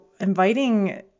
inviting